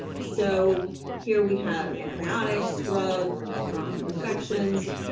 so here we have antibiotics drug infections.